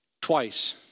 Twice